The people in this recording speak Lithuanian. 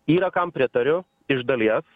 yra kam pritariu iš dalies